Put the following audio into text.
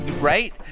Right